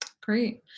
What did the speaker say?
Great